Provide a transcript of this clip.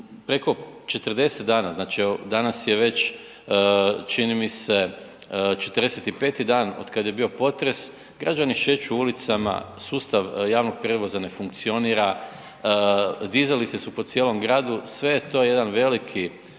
preko 40 dana, evo znači danas je već čini mi se 45.dan od kada je bio potres, građani šeću ulicama sustav javnog prijevoza ne funkcionira, dizalice su po cijelom gradu, sve je to jedan veliki